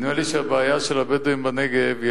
נדמה לי שהבעיה של הבדואים בנגב היא